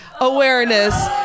Awareness